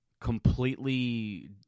completely